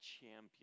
champion